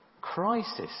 Crisis